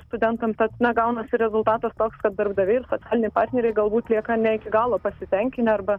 studentam tad na gaunasi rezultatas toks kad darbdaviai ir socialiniai partneriai galbūt lieka ne iki galo pasitenkinę arba